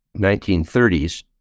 1930s